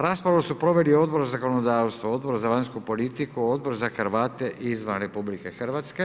Raspravu su proveli Odbor za zakonodavstvo, Odbor za vanjsku politiku, Odbor za Hrvate izvan RH.